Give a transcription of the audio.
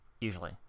usually